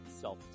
self